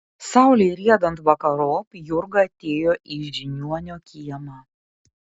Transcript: saulei riedant vakarop jurga atėjo į žiniuonio kiemą